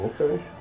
Okay